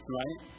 right